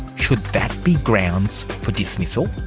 should that be grounds for dismissal?